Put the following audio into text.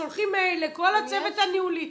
שולחים מייל לכל הצוות הניהולי.